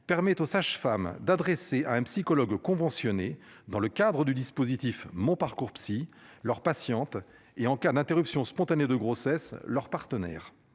permettent aux sages-femmes d'adresser à un psychologue conventionnés. Dans le cadre du dispositif mon parcours psy leurs patientes, et en cas d'interruption spontanée de grossesse leur partenaire.